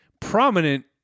Prominent